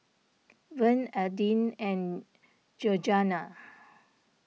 Verne Adin and Georganna